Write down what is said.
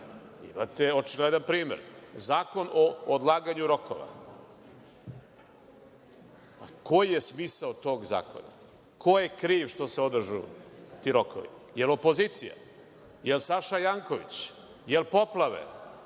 Imate očigledan primer – Zakon o odlaganju rokova. Koji je smisao tog zakona? Ko je kriv što se odlažu ti rokovi? Jel opozicija? Jel Saša Janković? Jel poplave?